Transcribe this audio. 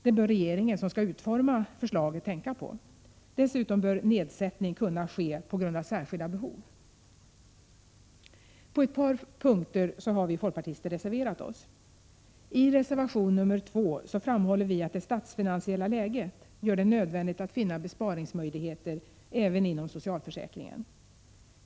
Det bör regeringen, som skall utforma förslaget, tänka på. Dessutom bör nedsättning kunna ske på grund av särskilda behov. På ett par punkter har vi folkpartister reserverat oss. I reservation 2 framhåller vi att det statsfinansiella läget gör det nödvändigt att finna besparingsmöjligheter även inom socialförsäkringen.